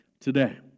today